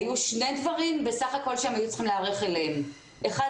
היו שני דברים שהם היו צריכים להיערך אליהם: האחד,